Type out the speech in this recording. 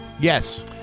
Yes